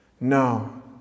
No